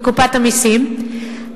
לקופת המסים,